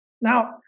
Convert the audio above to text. Now